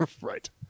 right